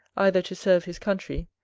either to serve his country,